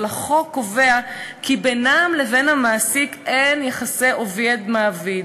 אבל החוק קובע כי בינם לבין המעסיק אין יחסי עובד מעביד.